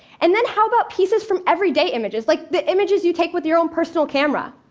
and then how about pieces from everyday images, like the images you take with your own personal camera?